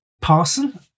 parson